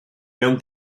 mewn